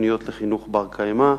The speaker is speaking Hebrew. תוכניות לפיתוח בר-קיימא.